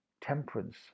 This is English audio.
Temperance